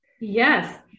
Yes